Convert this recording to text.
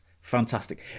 fantastic